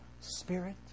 Spirit